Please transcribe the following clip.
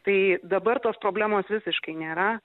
tai dabar tos problemos visiškai nėra